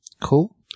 Cool